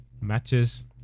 matches